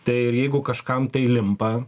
tai ir jeigu kažkam tai limpa